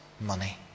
money